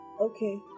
Okay